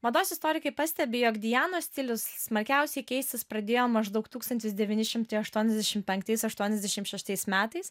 mados istorikai pastebi jog dianos stilius smarkiausiai keistis pradėjo maždaug tūkstantis devyni šimtai aštuoniasdešim penktais aštuoniasdešim šeštais metais